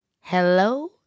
hello